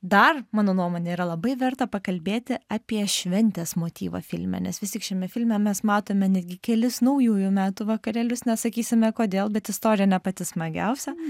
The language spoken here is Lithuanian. dar mano nuomone yra labai verta pakalbėti apie šventės motyvą filme nes vis tik šiame filme mes matome netgi kelis naujųjų metų vakarėlius nesakysime kodėl bet istorija ne pati smagiausia